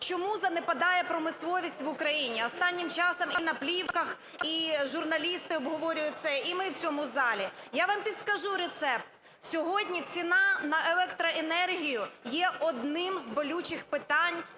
чому занепадає промисловість в Україні, останнім часом і на плівках, і журналісти обговорюють це, і ми в цьому залі. Я вам підкажу рецепт. Сьогодні ціна на електроенергію є одним з болючих питань,